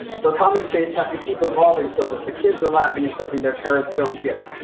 so common tastes have to keep evolving so that the kids are laughing at something their parents don't get.